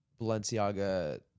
Balenciaga